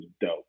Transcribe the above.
dope